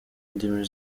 indimi